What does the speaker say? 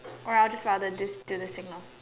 or I'll just rather just do the signal